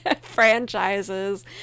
franchises